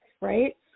right